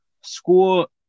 school